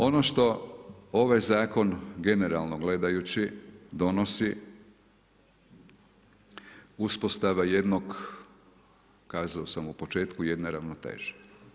Ono što ovaj zakon generalno gledajući donosi uspostava jednog kazao sam u početku jedne ravnoteže.